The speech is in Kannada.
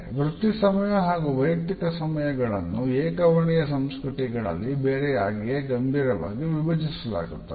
ವೃತ್ತಿ ಸಮಯ ಹಾಗೂ ವೈಯುಕ್ತಿಕ ಸಮಯಗಳನ್ನು ಏಕವರ್ಣೀಯ ಸಂಸ್ಕೃತಿಗಳಲ್ಲಿ ಬೇರೆಯಾಗಿಯೇ ಗಂಭೀರವಾಗಿ ವಿಭಜಿಸಲಾಗುತ್ತದೆ